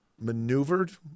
maneuvered